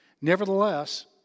Nevertheless